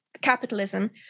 capitalism